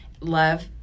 Love